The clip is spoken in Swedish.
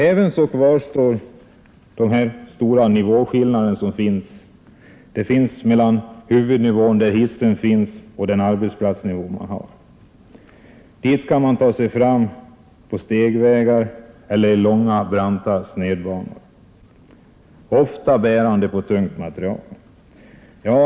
Ävenså kvarstår de stora nivåskillnaderna mellan huvudnivån, där hissen stannar, och arbetsplatsen dit man skall ta sig på stegar eller genom långa branta nedgångar, ofta bärande på tung materiel.